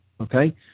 Okay